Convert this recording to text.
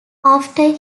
after